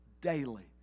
daily